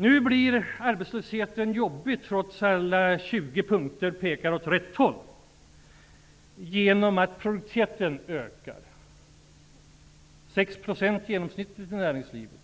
Nu blir arbetslösheten svår trots att alla de 20 punkter som tagits upp pekar åt rätt håll. Produktiviteten ökar med 6 % i genomsnitt för näringslivet.